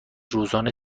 روزانه